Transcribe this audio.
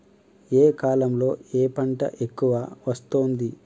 ఏ కాలంలో ఏ పంట ఎక్కువ వస్తోంది?